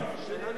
אדוני